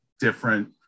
different